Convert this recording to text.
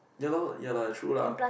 ya loh ya lah true lah